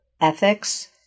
ethics